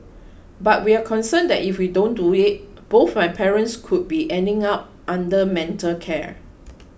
but we're concerned that if we don't do it both my parents could be ending up under mental care